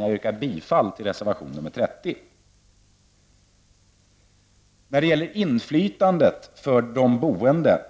Jag yrkar bifall till reservation 30. Inflytandet för de boende